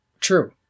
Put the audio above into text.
True